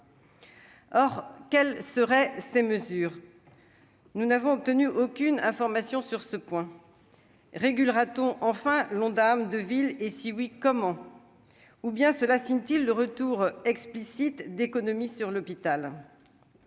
or quelles seraient ces mesures, nous n'avons obtenu aucune information sur ce point, réglera-t-on enfin l'Ondam de ville et si oui comment ou bien cela signe-t-il le retour explicite d'économies sur l'hôpital,